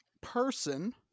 person